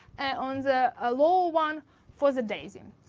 on the ah lower one for the daisy.